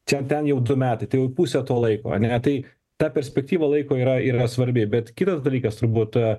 čia ten jau du metai tai jau pusę to laiko ane tai ta perspektyva laiko yra yra svarbi bet kitas dalykas turbūt